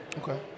Okay